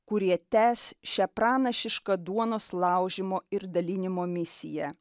kurie tęs šią pranašišką duonos laužymo ir dalinimo misiją